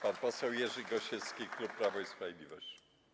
Pan poseł Jerzy Gosiewski, klub Prawo i Sprawiedliwość.